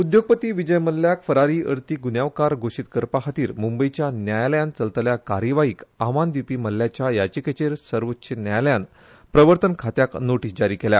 उद्योगपती विजय मल्ल्याक फरारी अर्थीक गुन्यांवकार घोशीत करपा खातीर मुंबयच्या न्यायालयांत चलतल्या कार्यवाहीक आव्हान दिवपी मल्ल्याच्या याचिकेचेर सर्वोच्च न्यायालयान प्रवर्तन खात्याक नोटिस ज्यारी केटिल्या